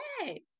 hey